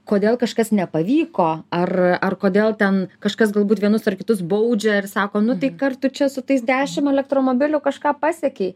kodėl kažkas nepavyko ar ar kodėl ten kažkas galbūt vienus ar kitus baudžia ir sako nu tai kar tu čia su tais dešim elektromobilių kažką pasiekei